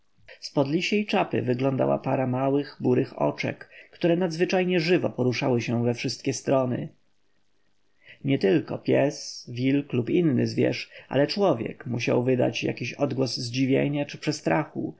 pod lisiej czapy wyglądała para małych burych oczek które nadzwyczajnie żywo poruszały się na wszystkie strony nietylko pies wilk lub inny zwierz ale człowiek musiał wydać jakiś głos zdziwienia czy przestrachu